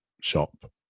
shop